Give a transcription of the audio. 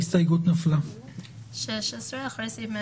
הצבעה הסתייגות 15 לא